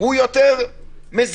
הוא יותר מזיק.